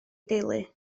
deulu